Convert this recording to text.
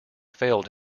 failed